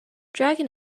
dragon